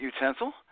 utensil